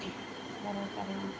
ସରକାର